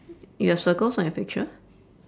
you have circles on your picture